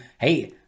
hey